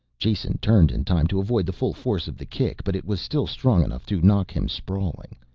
jason turned in time to avoid the full force of the kick, but it was still strong enough to knock him sprawling.